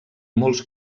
molts